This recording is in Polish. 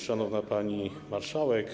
Szanowna Pani Marszałek!